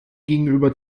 gegenüber